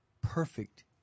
perfect